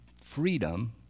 freedom